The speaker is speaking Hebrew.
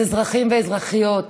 אז אזרחים ואזרחיות,